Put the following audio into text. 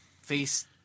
face